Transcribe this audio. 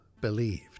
believed